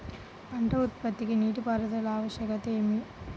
పంట ఉత్పత్తికి నీటిపారుదల ఆవశ్యకత ఏమి?